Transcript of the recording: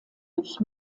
durch